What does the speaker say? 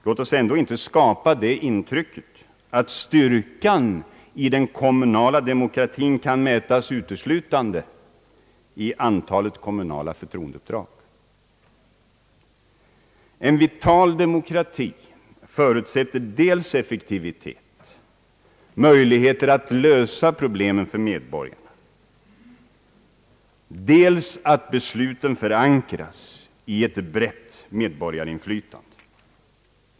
Låt oss ändå inte skapa det intrycket att styrkan i den kommunala demokratin kan mätas uteslutande i antalet kommunala förtroendeuppdrag. En vital demokrati förutsätter dels effektivitet, möjligheter att lösa problemen för medborgarna, dels att besluten förankras i ett brett medborgarinflytande.